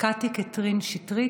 קטי קטרין שטרית,